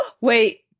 Wait